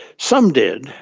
some did,